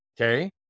okay